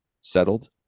settled